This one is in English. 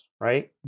right